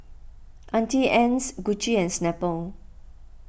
Auntie Anne's Gucci and Snapple